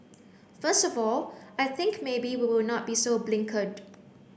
first of all I think maybe we will not be so blinkered